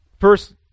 First